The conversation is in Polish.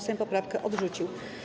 Sejm poprawkę odrzucił.